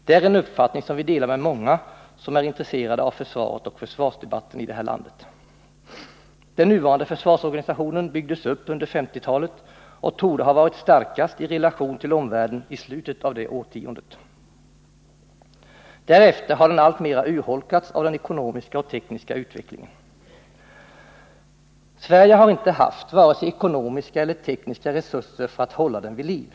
Det är en uppfattning som vi delar med många andra som är intresserade av försvaret och försvarsdebatten i det här landet. Den nuvarande försvarsorganisationen byggdes upp under 1950-talet och torde ha varit starkast i relation till omvärlden i slutet av det årtiondet. Därefter har den alltmera urholkats av den ekonomiska och tekniska utvecklingen. Sverige har inte haft vare sig ekonomiska eller tekniska resurser att hålla den vid liv.